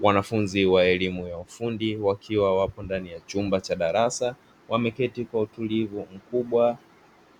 Wanafunzi wa elimu ya ufundi, wakiwa wapo ndani ya chumba cha darasa, wameketi kwa utulivu mkubwa,